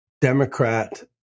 Democrat